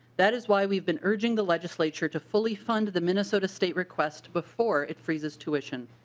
that is why we been urging the legislature to fully fund the minnesota state request before it freezes tuition.